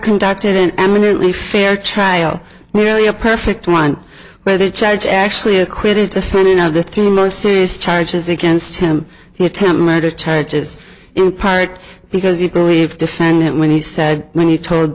conducted an eminently fair trial nearly a perfect one where the charge actually equated to finding of the three most serious charges against him he attempted murder charges in part because he believed defendant when he said when you told